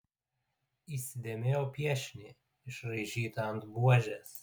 įsidėmėjau piešinį išraižytą ant buožės